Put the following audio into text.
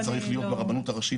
הוא צריך לעבור קורס,